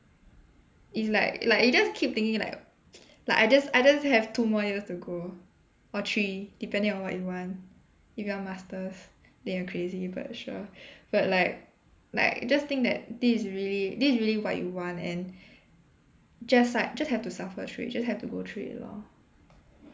it's like like you just keep thinking like like I just I just have two more years to go or three depending on what you want if you want masters then you're crazy but sure but like like just think that this is really this is really what you want and just like just have to suffer through it just have to go through it lor